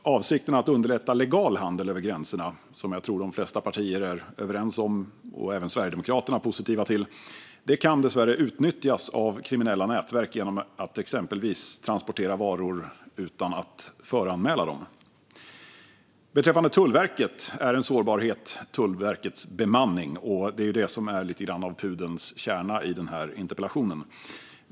Avsikten att underlätta legal handel över gränserna, som jag tror att de flesta partier är överens om och som även Sverigedemokraterna är positiva till, kan dessvärre utnyttjas av kriminella nätverk genom att de exempelvis transporterar varor utan att föranmäla dem. Beträffande Tullverket är Tullverkets bemanning en sårbarhet. Det är det som är lite grann av pudelns kärna i denna interpellation.